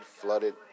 flooded